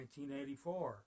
1984